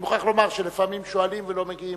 אני מוכרח לומר שלפעמים שואלים ולא מגיעים.